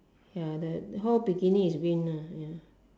ya the the whole bikini is green ah mm